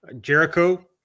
Jericho